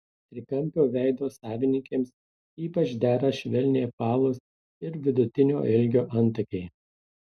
trikampio veido savininkėms ypač dera švelniai apvalūs ir vidutinio ilgio antakiai